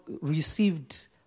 received